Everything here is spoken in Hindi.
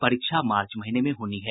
परीक्षा मार्च महीने में होनी है